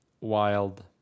wild